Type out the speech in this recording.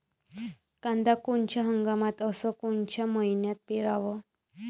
कांद्या कोनच्या हंगामात अस कोनच्या मईन्यात पेरावं?